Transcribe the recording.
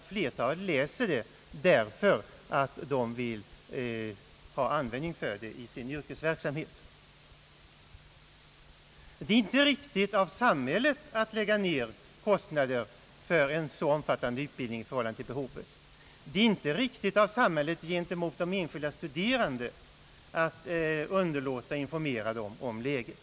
Flertalet läser det nog för att ha användning för det i sin yrkesverksamhet. Det är inte riktigt av samhället att lägga ner kostnader för en så omfattande utbildning i förhållande till behovet. Det är inte heller riktigt av samhället gentemot de enskilda studerandena att underlåta att informera dem om läget.